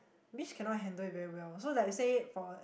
maybe she cannot handle it very well so like you say for